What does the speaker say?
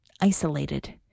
isolated